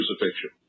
crucifixion